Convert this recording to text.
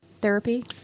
therapy